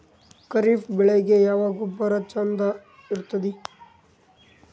ಖರೀಪ್ ಬೇಳಿಗೆ ಯಾವ ಗೊಬ್ಬರ ಚಂದ್ ಇರತದ್ರಿ?